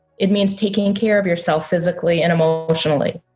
it means taking and care of yourself physically and emotionally.